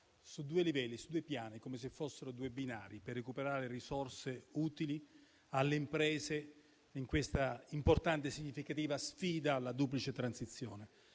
ha agito su due piani, come se fossero due binari, per recuperare risorse utili alle imprese in questa importante, significativa sfida alla duplice transizione.